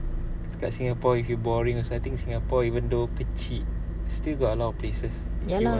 ya lah